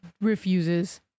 refuses